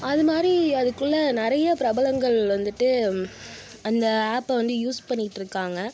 அதுமாதிரி அதுக்குள்ளே நிறைய பிரபலங்கள் வந்துட்டு அந்த ஆப்பை வந்து யூஸ் பண்ணிகிட்ருக்காங்க